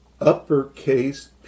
uppercase